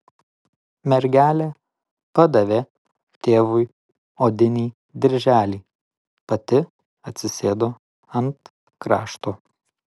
mergelė padavė tėvui odinį dirželį pati atsisėdo ant krašto